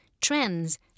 trends